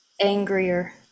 angrier